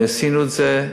עשינו את זה,